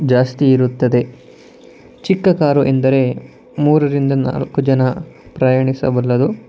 ಜಾಸ್ತಿ ಇರುತ್ತದೆ ಚಿಕ್ಕ ಕಾರು ಎಂದರೆ ಮೂರರಿಂದ ನಾಲ್ಕು ಜನ ಪ್ರಯಾಣಿಸಬಲ್ಲದು